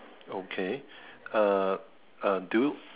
okay uh uh do